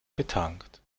betankt